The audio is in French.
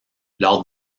lors